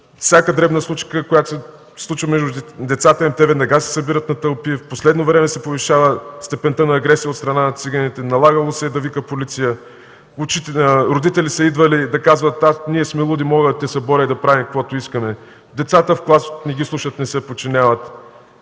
всяка дребна случка, която се случва между децата им, те веднага се събират на тълпи. В последно време се повишава степента на агресия от страна на циганите, налагало се е да вика полиция. Родители са идвали да казват: „Ние сме луди, можем да те съборим и да правим каквото искаме!” Децата в клас не ги слушат, не се подчиняват,